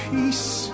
Peace